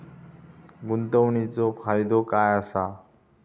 गुंतवणीचो फायदो काय असा?